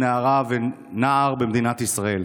נערה ונער במדינת ישראל.